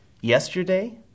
Yesterday